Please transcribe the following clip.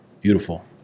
beautiful